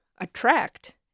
attract